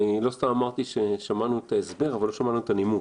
לא סתם אמרתי ששמענו את ההסבר אבל לא שמענו את הנימוק.